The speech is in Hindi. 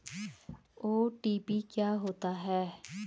ओ.टी.पी क्या होता है?